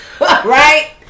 Right